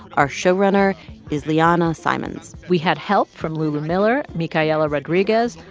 our showrunner is leeanna simons we had help from lulu miller, micaela rodriguez,